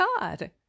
God